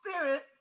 Spirit